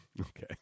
Okay